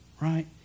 right